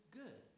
good